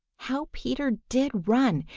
how peter did run!